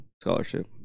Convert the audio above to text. scholarship